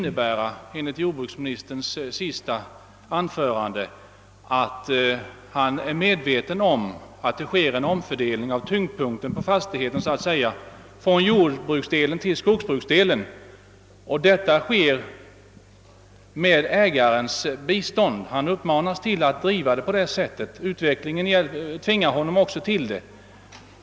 Enligt jordbruksministerns senaste anförande är han medveten om att det sker en omfördelning av tyngdpunkten från jordbruksdelen till skogsbruksdelen. Detta sker med ägarens bistånd; han uppmanas att driva sin verksamhet på det sättet och utvecklingen tvingar honom också till det.